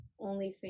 OnlyFans